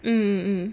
mm